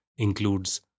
includes